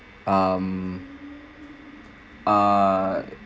um err